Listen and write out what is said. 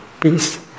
peace